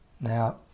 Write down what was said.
Now